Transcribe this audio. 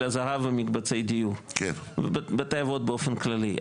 הזהב ומקבצי דיור ובתי אבות באופן כללי.